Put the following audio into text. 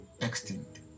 extinct